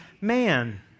man